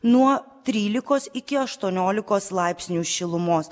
nuo trylikos iki aštuoniolikos laipsnių šilumos